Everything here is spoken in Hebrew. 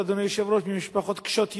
אדוני היושב-ראש, ממשפחות קשות יום.